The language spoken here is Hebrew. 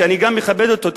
שאני גם מכבד אותו,